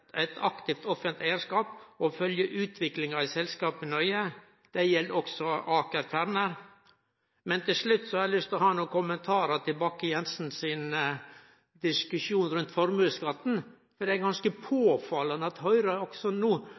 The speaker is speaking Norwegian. offentleg eigarskap og følgje utviklinga i selskapa nøye. Det gjeld også Aker Kværner. Til slutt har eg nokre kommentarar til Bakke-Jensens diskusjon rundt formuesskatten. Det er ganske påfallande at Høgre også no